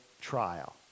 trial